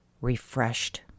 refreshed